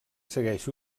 segueix